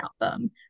album